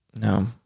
No